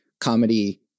comedy